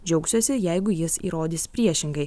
džiaugsiuosi jeigu jis įrodys priešingai